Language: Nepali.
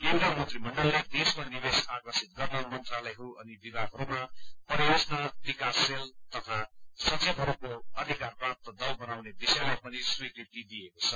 केन्द्रीय मन्त्रीमण्डलको देशमा निवेश आकर्षित गर्न मन्त्रालयहरू अनि विभागहरूमा परियोजना विकास सेल तथा सचिवहरूको अधिकार प्राप्त दल बनाउने विषयलाई पनि स्वीकृति दिएको छ